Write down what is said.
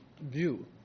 view